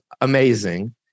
amazing